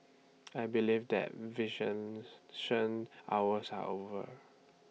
I believe that hours are over